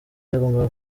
yagombaga